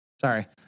sorry